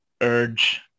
urge